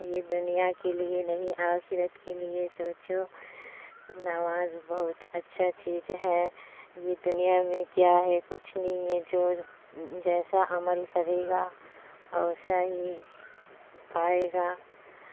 یہ دنیا کے لیے نہیں آخرت کے لیے سوچو نماز بہت اچھا چیز ہے یہ دنیا میں کیا ہے کچھ نہیں ہے جو جیسا عمل کرے گا اوسا ہی پائے گا